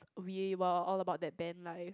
we were all about that band life